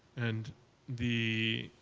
and the